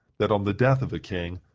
that on the death of a king,